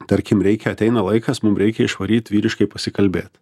tarkim reikia ateina laikas mum reikia išvaryt vyriškai pasikalbėt